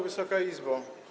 Wysoka Izbo!